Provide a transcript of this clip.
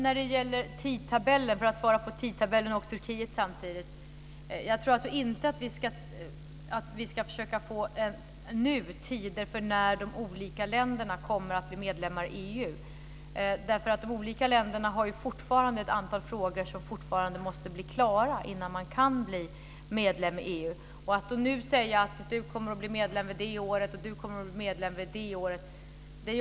Fru talman! För att samtidigt svara på frågorna om tidtabeller och om Turkiet så tror jag inte att vi nu ska försöka få tider för när de olika länderna kommer att bli medlemmar i EU. De olika länderna har nämligen fortfarande ett antal frågor som måste bli klara innan de kan bli medlemmar i EU. Att nu säga: Du kommer att bli medlem det året, och du kommer att bli medlem det året!